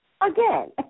again